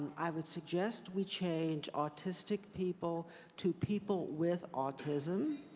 i would suggest we change autistic people to people with autism.